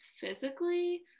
physically